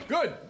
Good